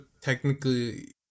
technically